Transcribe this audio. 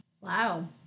wow